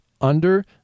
under-